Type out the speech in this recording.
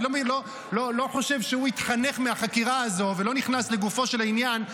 אני לא חושב שהוא התחנך מהחקירה הזאת ואני לא נכנס לגופו של עניין,